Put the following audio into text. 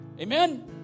Amen